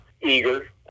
eager